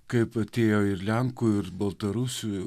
kaip atėjo ir lenkų ir baltarusių